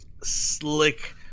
Slick